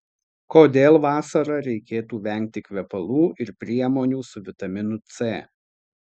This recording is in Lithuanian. kodėl vasarą reikėtų vengti kvepalų ir priemonių su vitaminu c